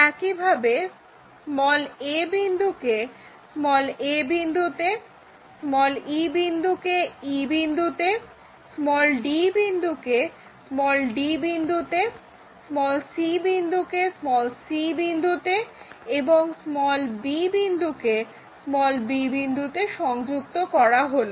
একইভাবে a বিন্দুকে a বিন্দুতে e বিন্দুকে e বিন্দুতে d বিন্দুকে d বিন্দুতে c বিন্দুকে c বিন্দুতে এবং b বিন্দুকে b বিন্দুতে সংযুক্ত করা হলো